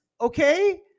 okay